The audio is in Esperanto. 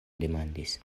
demandis